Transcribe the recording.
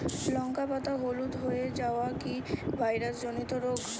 লঙ্কা পাতা হলুদ হয়ে যাওয়া কি ভাইরাস জনিত রোগ?